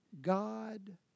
God